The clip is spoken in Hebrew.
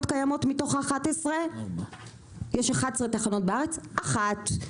קיימות מתוך ?11 יש 11 תחנות בארץ אחת,